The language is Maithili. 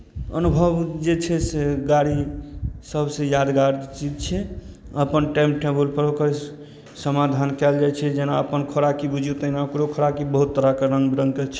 अनुभव जे छै से गाड़ी सभसँ यादगार चीज छै अपन टाइम टेबलपर ओकर समाधान कयल जाइ छै जेना अपन खोराकी बुझियौ तहिना ओकरो खोराकी बहुत तरहके रङ्ग बिरङ्गके छै